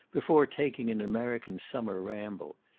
before taking an american summer ramble.